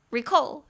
Recall